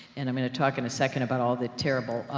and i'm gonna talk in a second about all the terrible, ah,